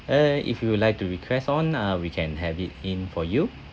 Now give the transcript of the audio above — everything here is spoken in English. uh if you would like to request on uh we can have it in for you